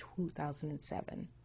2007